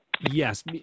Yes